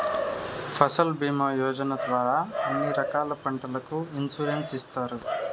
ఫసల్ భీమా యోజన ద్వారా అన్ని రకాల పంటలకు ఇన్సురెన్సు ఇత్తారు